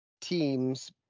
teams